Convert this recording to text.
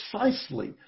precisely